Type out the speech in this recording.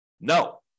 No